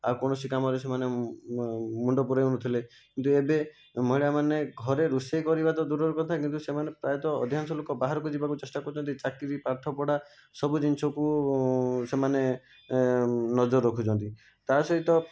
ଆଉ କୌଣସି କାମରେ ସେମାନେ ମୁଣ୍ଡ ପୁରଉନଥିଲେ କିନ୍ତୁ ଏବେ ମହିଳାମାନେ ଘରେ ରୋଷେଇ କରିବା ତ ଦୂରର କଥା କିନ୍ତୁ ସେମାନେ ପ୍ରାୟତଃ ଅଧିକାଂଶ ଲୋକ ବାହାରକୁ ଯିବାକୁ ଚେଷ୍ଟା କରୁଛନ୍ତି ଚାକିରି ପାଠପଢ଼ା ସବୁ ଜିନିଷକୁ ସେମାନେ ନଜର ରଖୁଛନ୍ତି ତା ସହିତ